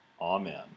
Amen